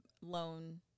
loan